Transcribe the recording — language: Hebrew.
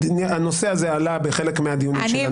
הנושא הזה עלה בחלק מהדיונים שלנו.